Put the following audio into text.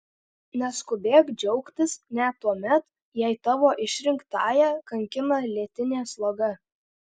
neskubėk džiaugtis net tuomet jei tavo išrinktąją kankina lėtinė sloga